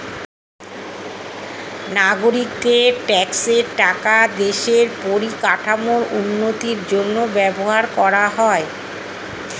নাগরিকদের ট্যাক্সের টাকা দেশের পরিকাঠামোর উন্নতির জন্য ব্যবহার করা হয়